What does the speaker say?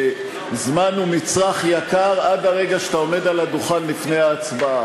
שזמן הוא מצרך יקר עד הרגע שאתה עומד על הדוכן לפני ההצבעה.